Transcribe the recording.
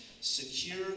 secure